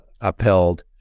upheld